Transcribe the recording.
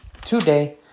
today